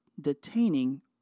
detaining